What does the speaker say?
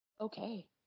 Okay